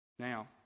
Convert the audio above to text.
Now